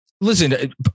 listen